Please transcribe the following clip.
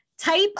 Type